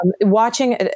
watching